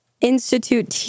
institute